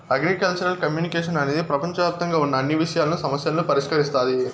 agricultural communication అనేది ప్రపంచవ్యాప్తంగా ఉన్న అన్ని విషయాలను, సమస్యలను పరిష్కరిస్తాది